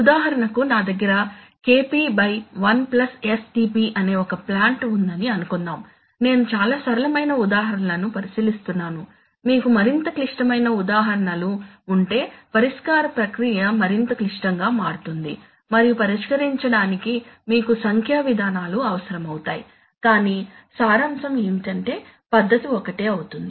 ఉదాహరణకు నా దగ్గర KP by one plus STP అనే ఒక ప్లాంట్ ఉందని అనుకుందాం నేను చాలా సరళమైన ఉదాహరణలను పరిశీలిస్తున్నాను మీకు మరింత క్లిష్టమైన ఉదాహరణలు ఉంటే పరిష్కార ప్రక్రియ మరింత క్లిష్టంగా మారుతుంది మరియు పరిష్కరించడానికి మీకు సంఖ్యా విధానాలు అవసరమవుతాయి కానీ సారాంశం ఏమిటంటే పద్ధతి ఒకటే అవుతుంది